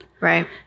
Right